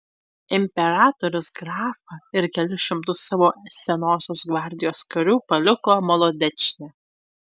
imperatorius grafą ir kelis šimtus savo senosios gvardijos karių paliko molodečne